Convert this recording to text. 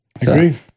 agree